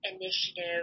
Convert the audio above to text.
initiative